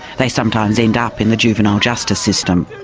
they sometimes end up in the juvenile justice system.